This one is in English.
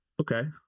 okay